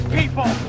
people